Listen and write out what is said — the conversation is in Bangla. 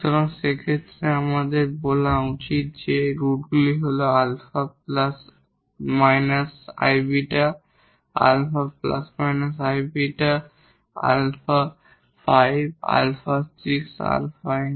সুতরাং সেই ক্ষেত্রে আমাদের বলা যাক রুট হল 𝛼 ± 𝑖𝛽 𝛼 ± 𝑖𝛽 𝛼5 𝛼6 𝛼𝑛